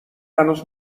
هنوز